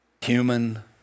human